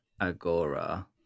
Agora